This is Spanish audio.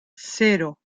cero